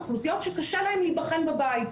אוכלוסיות קשה להם להיבחן בבית,